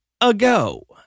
ago